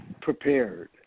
prepared